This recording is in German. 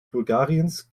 bulgariens